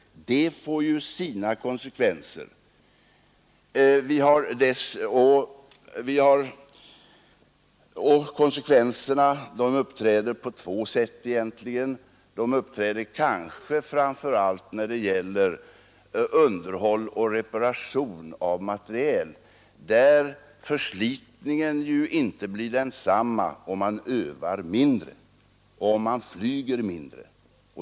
Det får sina konsekvenser. De uppträder kanske framför allt när det gäller underhåll och reparation av materiel, där förslitningen ju inte blir densamma om man övar mindre och om man flyger mindre.